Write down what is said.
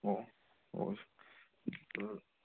ꯑꯣꯑꯣ ꯑꯣ